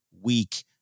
weak